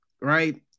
right